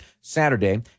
Saturday